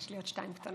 יש לי עוד שתיים קטנות.